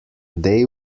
they